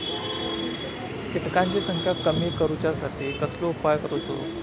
किटकांची संख्या कमी करुच्यासाठी कसलो उपाय करूचो?